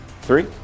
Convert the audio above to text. three